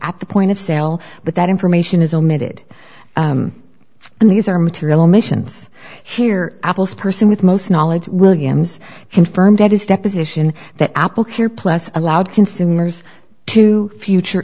at the point of sale but that information is omitted and these are material omissions here apple's person with most knowledge williams confirmed at his deposition that apple care plus allowed consumers to future